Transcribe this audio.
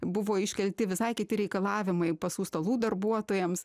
buvo iškelti visai kiti reikalavimai pasų stalų darbuotojams